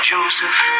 Joseph